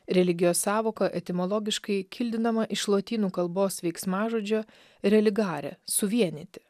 religijos sąvoka etimologiškai kildinama iš lotynų kalbos veiksmažodžio religare suvienyti